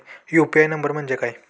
UPI number म्हणजे काय?